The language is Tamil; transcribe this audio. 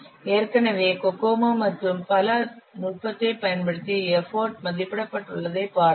ஏற்கனவே கோகோமோ மற்றும் பல நுட்பத்தைப் பயன்படுத்தி எஃபர்ட் மதிப்பிடப்பட்டுள்ளதை பார்த்தோம்